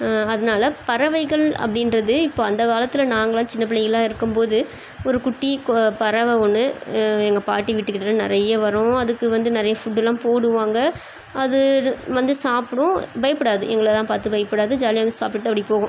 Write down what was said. அதனால பறவைகள் அப்படின்றது இப்போ அந்த காலத்தில் நாங்களெல்லாம் சின்னப்பிள்ளைகளாக இருக்கும்போது ஒரு குட்டி கு பறவை ஒன்று எங்கள் பாட்டி வீட்டுக் கிட்டே நிறைய வரும் அதுக்கு வந்து நிறைய ஃபுட்டெல்லாம் போடுவாங்க அது வந்து சாப்பிடும் பயப்படாது எங்களெல்லாம் பார்த்து பயப்படாது ஜாலியாகவே சாப்பிட்டு அப்படி போகும்